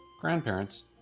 grandparents